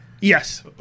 Yes